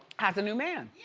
has a new man.